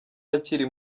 akiri